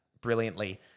brilliantly